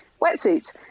wetsuits